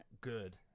Good